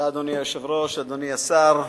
אדוני היושב-ראש, תודה, אדוני השר,